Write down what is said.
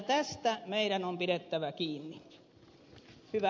tästä meidän on pidettävä kiinni